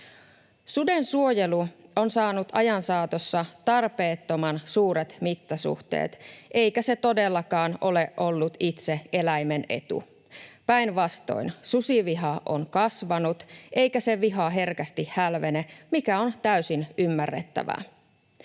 Suden suojelu on saanut ajan saatossa tarpeettoman suuret mittasuhteet, eikä se todellakaan ole ollut itse eläimen etu, päinvastoin. Susiviha on kasvanut, eikä se viha herkästi hälvene, mikä on täysin ymmärrettävää.